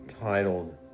titled